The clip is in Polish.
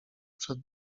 przed